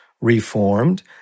reformed